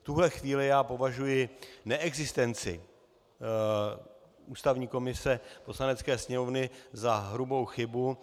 V tuhle chvíli já považuji neexistenci ústavní komise Poslanecké sněmovny za hrubou chybu.